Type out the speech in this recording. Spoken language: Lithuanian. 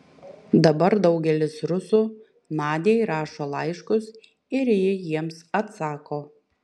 dabar daugelis rusų nadiai rašo laiškus ir ji jiems atsako